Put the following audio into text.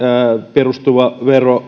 perustuva vero